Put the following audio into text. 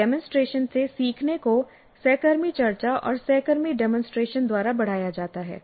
demonstration से सीखने को सहकर्मी चर्चा और सहकर्मी डेमोंसट्रेशन द्वारा बढ़ाया जाता है